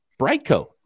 Brightco